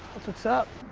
that's what's up.